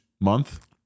month